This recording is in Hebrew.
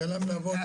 תן להם לעבוד.